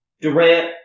Durant